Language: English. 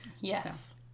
Yes